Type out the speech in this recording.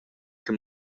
che